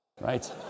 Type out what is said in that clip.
right